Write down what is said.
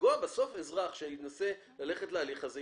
אזרח שינסה ללכת להליך הזה,